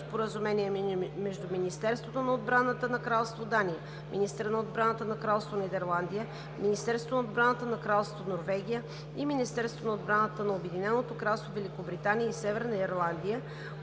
споразумение между Министерството на обраната на Кралство Дания, министъра на отбраната на Кралство Нидерландия, Министерство на отбраната на Кралство Норвегия и Министерството на отбраната на Обединеното кралство Великобритания и Северна Ирландия